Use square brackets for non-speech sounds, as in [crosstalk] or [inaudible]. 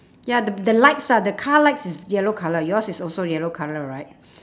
ya the the lights lah the car lights is yellow colour yours is also yellow colour right [noise]